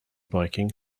biking